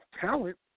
talent